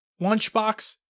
Lunchbox